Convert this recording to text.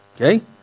Okay